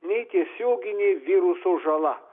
nei tiesioginė viruso žala